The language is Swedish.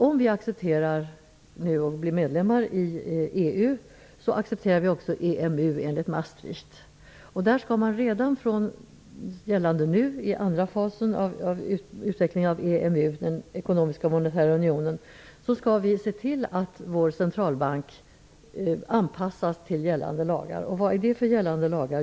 Om vi accepterar att bli medlemmar i EU, accepterar vi också EMU, enligt Maastrichtavtalet. Då skall man redan nu, i andra fasen av utvecklingen av den ekonomiska och monetära unionen, se till att vår centralbank anpassas till gällande lagar. Vilka gällande lagar?